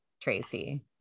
Tracy